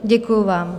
Děkuji vám.